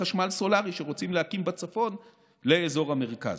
חשמל סולרי שרוצים להקים בצפון אל אזור המרכז.